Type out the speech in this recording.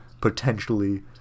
potentially